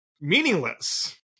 meaningless